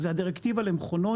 אז הדירקטיבה למכונות,